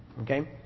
Okay